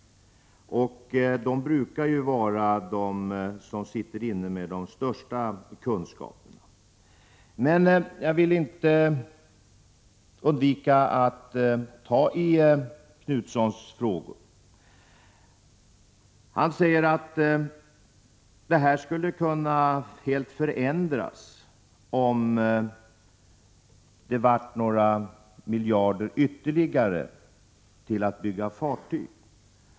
Det brukar vara de som sitter inne med de största kunskaperna. Men jag vill inte undvika att beröra Göthe Knutsons frågor. Göthe Knutson säger att situationen skulle kunna helt förändras om det fanns ytterligare några miljarder till att bygga fartyg.